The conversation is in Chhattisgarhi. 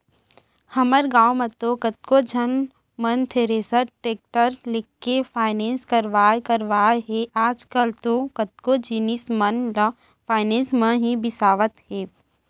हमर गॉंव म तो कतको झन मन थेरेसर, टेक्टर के फायनेंस करवाय करवाय हे आजकल तो कतको जिनिस मन ल फायनेंस म ही बिसावत हें